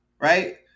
right